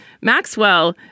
Maxwell